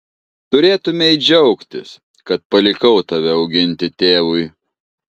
turėtumei džiaugtis kad palikau tave auginti tėvui